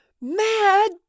Mad